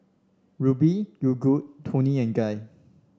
Rubi Yogood Toni and Guy